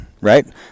right